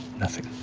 nothing.